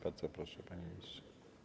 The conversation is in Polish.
Bardzo proszę, panie ministrze.